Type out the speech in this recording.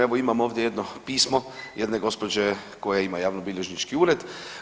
Evo imam ovdje jedno pismo jedne gospođe koja ima javnobilježnički ured.